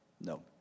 no